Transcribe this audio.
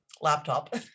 laptop